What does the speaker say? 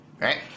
right